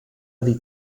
dir